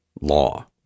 law